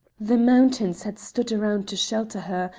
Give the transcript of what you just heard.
the mountains had stood around to shelter her,